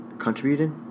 Contributed